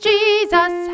Jesus